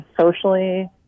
socially